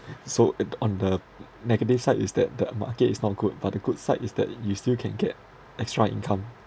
so at on the negative side is that the market is not good but the good side is that you still can get extra income